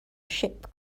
ship